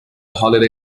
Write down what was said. holiday